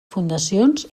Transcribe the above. fundacions